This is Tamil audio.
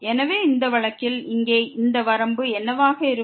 எனவே இந்த வழக்கில் இங்கே இந்த வரம்பு என்னவாக இருக்கும்